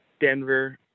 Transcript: Denver